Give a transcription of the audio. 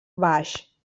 baix